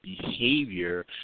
behavior